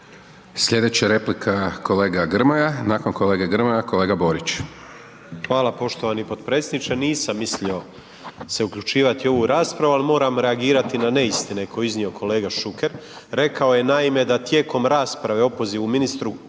Slijedeća replika kolega Grmoja, nakon kolege Grmoje kolega Borić. **Grmoja, Nikola (MOST)** Hvala poštovani potpredsjedniče. Nisam mislio se uključivati u ovu raspravu, al moram reagirati na neistine koje je iznio kolega Šuker, rekao je naime da tijekom rasprave o opozivu ministru Kujundžiću